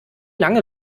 lange